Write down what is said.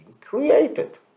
created